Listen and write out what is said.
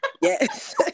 Yes